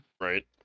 Right